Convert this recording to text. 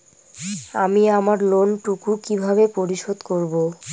আমি আমার লোন টুকু কিভাবে পরিশোধ করব?